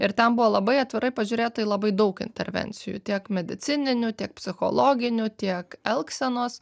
ir ten buvo labai atvirai pažiūrėta į labai daug intervencijų tiek medicininių tiek psichologinių tiek elgsenos